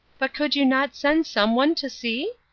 but could you not send some one to see?